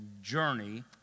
journey